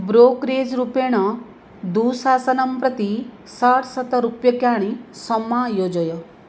brokerage रूपेण दुःसासनं प्रति षट्शतरूप्यकाणि समायोजय